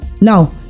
Now